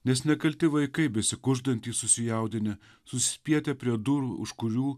nes nekalti vaikai besikuždantys susijaudinę susispietę prie durų už kurių